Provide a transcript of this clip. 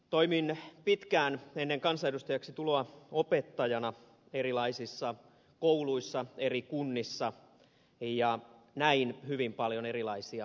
toimin pitkään ennen kansanedustajaksi tuloa opettajana erilaisissa kouluissa eri kunnissa ja näin hyvin paljon erilaisia perheitä